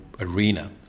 arena